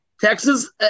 Texas